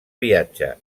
viatge